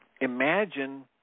Imagine